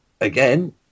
again